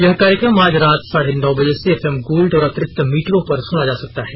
यह कार्यक्रम आज रात साढे नौ बजे से एफएम गोल्ड और अतिरिक्त मीटरों पर सुना जा सकता है